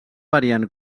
variant